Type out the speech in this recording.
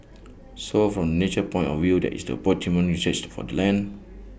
so from the nature point of view that is the optimum usage for the land